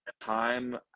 time